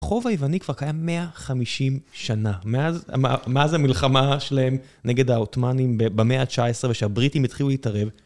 החוב היווני כבר קיים 150 שנה, מאז המלחמה שלהם נגד העותמנים במאה ה-19 וכשהבריטים התחילו להתערב.